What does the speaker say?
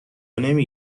نمی